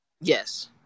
Yes